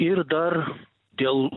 ir dar dėl